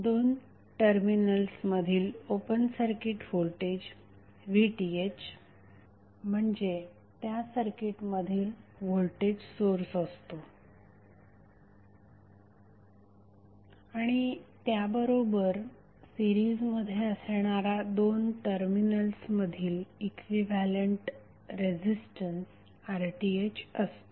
दोन टर्मिनल्समधील open circuit voltage VThम्हणजे त्या सर्किटमधील व्होल्टेज सोर्स असतो आणि त्याबरोबर सिरीजमध्ये असणारा दोन टर्मिनल्स मधील इक्विव्हॅलेंट रेझिस्टन्स RThअसतो